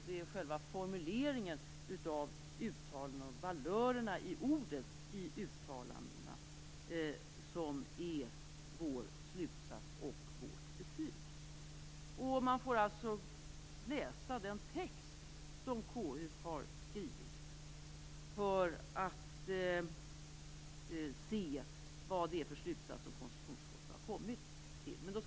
Det är själva formuleringen av uttalandet och ordens valörer som är vår slutsats och vårt betyg. Man får alltså läsa den text som KU har skrivit, för att se vilken slutsats KU har kommit till.